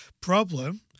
problem